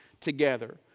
together